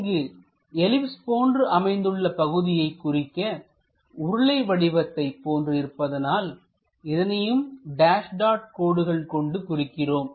இங்கு எலிப்ஸ் போன்று அமைந்துள்ள பகுதியை குறிக்க உருளை வடிவத்தை போன்று இருப்பதனால் இதனையும் டேஸ் டாட் கோடுகள் கொண்டு குறிக்கிறோம்